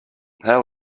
how